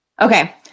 Okay